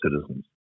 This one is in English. citizens